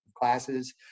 classes